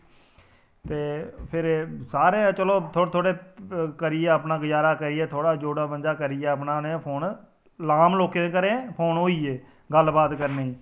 ते फिर सारे चलो थोह्ड़े थोह्ड़े करियै अपना गजारा करियै थोह्ड़ा जोड़ा बंदा करियै अपना उ'नें फोन आम लोकें दे घरें फोन होई गे गल्ल बात करने गी